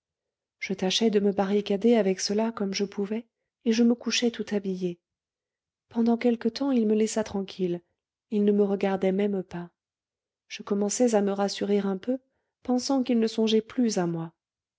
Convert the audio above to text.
je tâchais de me barricader avec cela comme je pouvais et je me couchais tout habillée pendant quelque temps il me laissa tranquille il ne me regardait même pas je commençais à me rassurer un peu pensant qu'il ne songeait plus à moi